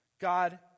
God